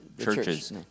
churches